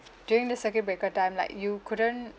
during the circuit breaker time like you couldn't